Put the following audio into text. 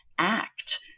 act